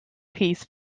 piece